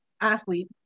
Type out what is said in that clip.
athlete